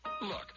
Look